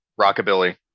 rockabilly